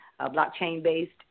blockchain-based